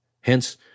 Hence